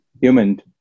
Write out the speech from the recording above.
human